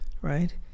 right